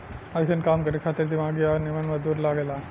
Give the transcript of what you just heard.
अइसन काम करे खातिर दिमागी आ निमन मजदूर लागे ला